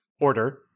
order